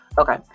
Okay